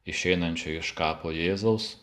išeinančio iš kapo jėzaus